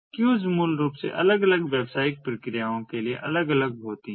क्यूस मूल रूप से अलग अलग व्यावसायिक प्रक्रियाओं के लिए अलग अलग होती हैं